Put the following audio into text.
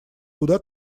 куда